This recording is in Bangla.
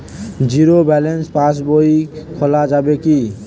জীরো ব্যালেন্স পাশ বই খোলা যাবে কি?